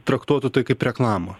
traktuotų tai kaip reklamą